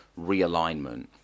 realignment